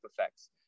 effects